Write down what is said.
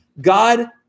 God